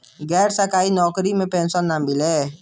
गैर सरकारी नउकरी में पेंशन ना मिलेला